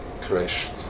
crashed